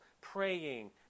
praying